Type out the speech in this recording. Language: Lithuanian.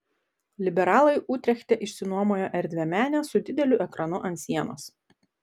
liberalai utrechte išsinuomojo erdvią menę su dideliu ekranu ant sienos